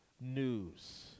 news